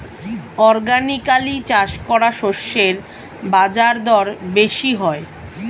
organically চাষ করা শস্যের বাজারদর বেশি হয়